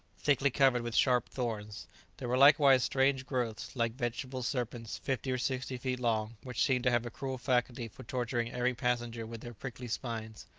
thickly covered with sharp thorns there were likewise strange growths, like vegetable serpents, fifty or sixty feet long, which seemed to have a cruel faculty for torturing every passenger with their prickly spines.